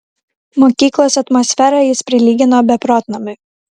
mokyklos atmosferą jis prilygino beprotnamiui